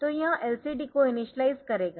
तो यह LCD को इनिशियलाइज़ करेगा